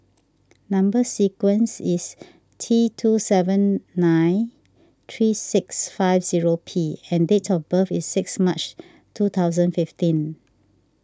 Number Sequence is T two seven nine three six five zero P and date of birth is six March two thousand fifteen